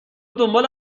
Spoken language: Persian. دنبال